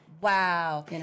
Wow